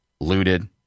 looted